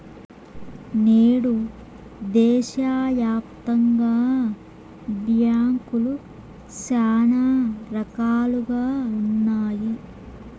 నేడు దేశాయాప్తంగా బ్యాంకులు శానా రకాలుగా ఉన్నాయి